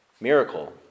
Miracle